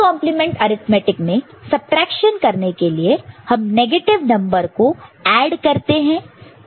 2's complement arithmetic 2's complement arithmetic में subtraction करने के लिए हम नेगेटिव नंबर्स को ऐड करते हैं